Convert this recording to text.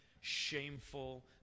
shameful